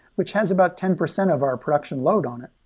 which has about ten percent of our production load on it.